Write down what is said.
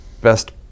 best